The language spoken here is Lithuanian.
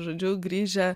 žodžiu grįžę